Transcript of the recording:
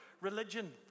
Religion